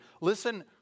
Listen